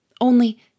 Only